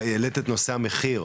העלית את נושא המחיר,